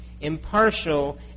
impartial